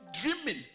dreaming